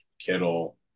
Kittle